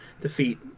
defeat